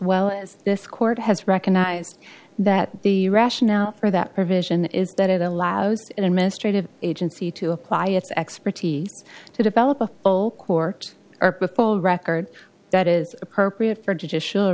well as this court has recognized that the rationale for that provision is that it allows an administrative agency to apply its expertise to develop a full court or befall record that is appropriate for judicial